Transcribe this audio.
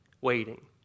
waiting